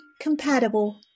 compatible